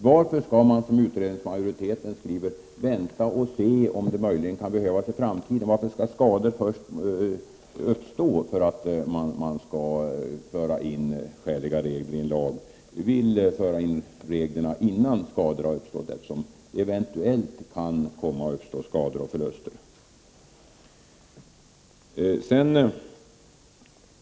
Varför skall man, som utskottsmajoriteten skriver, vänta och se om det möjligen kan behövas i framtiden? Varför måste skador uppstå innan man kan föra in skäliga regler i lagen? Vi vill att reglerna förs in innan skadorna har uppstått, eftersom det eventuellt kan uppkomma förluster.